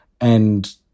And-